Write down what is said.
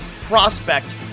prospect